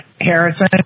Harrison